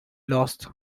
lost